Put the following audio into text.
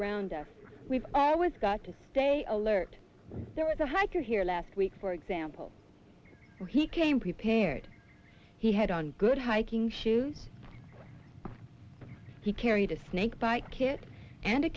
around us we've always got to stay alert there was a hiker here last week for example so he came prepared he had on good hiking shoes he carried a snake bite kit and a